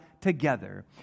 together